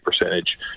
percentage